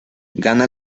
gana